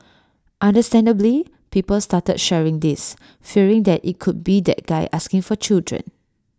understandably people started sharing this fearing that IT could be that guy asking for children